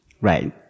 Right